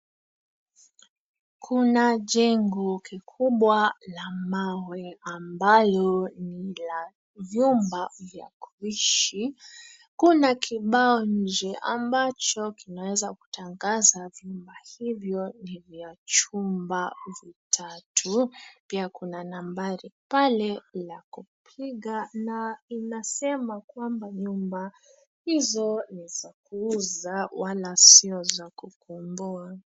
Kuna jengo kikubwa la mawe ambalo ni la vyumba vya kuishi. Kuna kibao nje ambacho kinaweza kutangaza vyumba hivyo ni vya chumba vitatu pia kuna nambari pale la kupiga na inasema kwamba nyumba izo ni za kuuza wala sio za kukomboa.